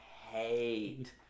hate